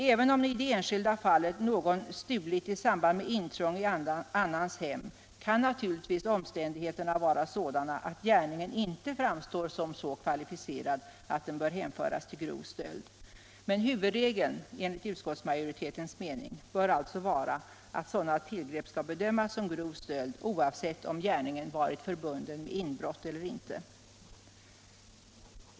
Även om någon i ett enskilt fall har stulit - Nr 43 i samband med intrång i annans hem kan det naturligtvis föreligga om Torsdagen den ständigheter som gör att gärningen ändå inte framstår som så kvalificerad 11 december 1975 att den kan rubriceras som grov stöld. Men enligt utskottsmajoritetens = mening bör huvudregeln vara att sådana tillgrepp skall bedömas som = Ändring i brottsbalgrov stöld, oavsett om gärningen har varit förbunden med inbrott eller — ken inte.